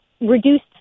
reduced